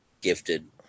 gifted